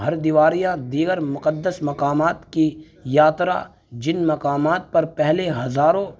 ہردوار یا دیگر مقدس مقامات کی یاترا جن مقامات پر پہلے ہزاروں